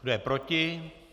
Kdo je proti?